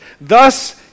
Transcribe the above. thus